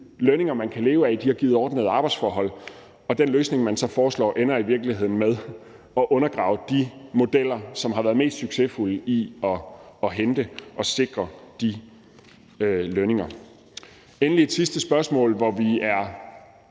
lønninger, man kan leve af; de har givet ordnede arbejdsforhold. Og den løsning, man så foreslår, ender i virkeligheden med at undergrave de modeller, som har været mest succesfulde til at hente og sikre de lønninger. Endelig er der et sidste spørgsmål, hvor vi er